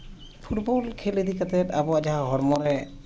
football ᱠᱷᱮᱞ ᱤᱫᱤ ᱠᱟᱛᱮᱫ ᱟᱵᱚᱣᱟ ᱡᱟᱦᱟᱸ ᱦᱚᱲᱢᱚ ᱨᱮ